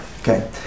Okay